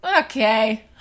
okay